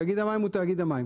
תאגיד המים הוא תאגיד המים.